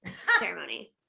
ceremony